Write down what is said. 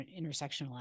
intersectional